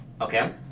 Okay